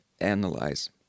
analyze